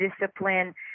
discipline